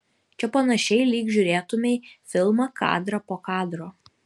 čia panašiai lyg žiūrėtumei filmą kadrą po kadro